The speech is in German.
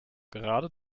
gerade